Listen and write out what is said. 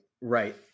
right